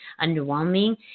underwhelming